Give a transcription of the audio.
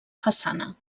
façana